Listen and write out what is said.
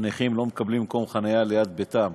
הנכים לא מקבלים מקום חניה ליד ביתם.